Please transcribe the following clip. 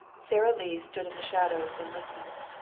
sara lee stood in the shadows and listened.